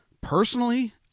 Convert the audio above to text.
Personally